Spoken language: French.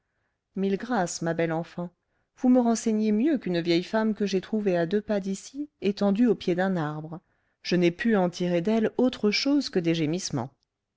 mille grâces ma belle enfant vous me renseignez mieux qu'une vieille femme que j'ai trouvée à deux pas d'ici étendue au pied d'un arbre je n'ai pu en tirer d'elle autre chose que des gémissements